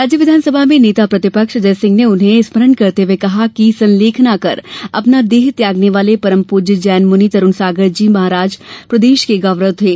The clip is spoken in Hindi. राज्य विधानसभा में नेता प्रतिपक्ष अजय सिंह ने उन्हें स्मरण करते हुए कहा कि संलेखना कर अपना देह त्यागने वाले परम पूज्य जैन मुनि तरूण सागर जी महाराज प्रदेश के गौरव थे